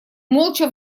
молча